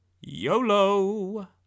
YOLO